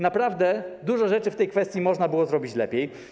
Naprawdę dużo rzeczy w tej kwestii można było zrobić lepiej.